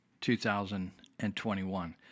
2021